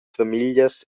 famiglias